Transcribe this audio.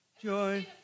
Joy